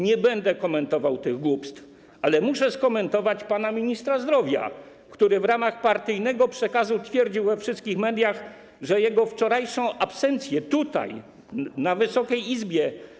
Nie będę komentował tych głupstw, ale muszę skomentować słowa pana ministra zdrowia, który w ramach partyjnego przekazu twierdził we wszystkich mediach, że jego wczorajszą absencję tutaj, w Wysokiej Izbie.